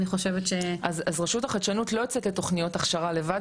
אז רשות החדשנות לא יוצקת תוכניות הכשרה לבד,